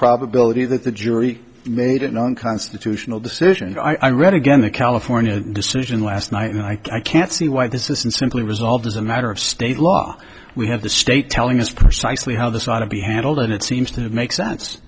probability that the jury made an unconstitutional decision and i read again the california decision last night and i can't see why this isn't simply resolved as a matter of state law we have the state telling us precisely how this ought to be handled and it seems to make sense